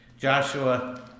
Joshua